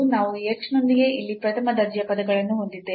ನಾವು ಈ h ನೊಂದಿಗೆ ಇಲ್ಲಿ ಪ್ರಥಮ ದರ್ಜೆಯ ಪದಗಳನ್ನು ಹೊಂದಿದ್ದೇವೆ